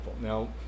Now